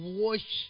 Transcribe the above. wash